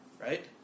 right